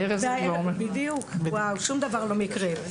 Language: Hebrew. בדיוק, שום דבר לא מקרי.